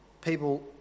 People